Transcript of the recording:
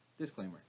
disclaimer